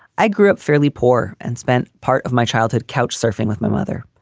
i grew up fairly poor and spent part of my childhood couch surfing with my mother.